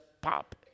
pop